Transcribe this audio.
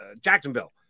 Jacksonville